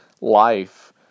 life